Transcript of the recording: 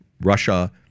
Russia